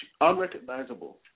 unrecognizable